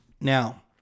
Now